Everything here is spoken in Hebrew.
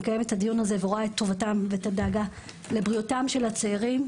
שמקיימת את הדיון הזה ורואה את טובתם ואת הדאגה לבריאותם של הצעירים,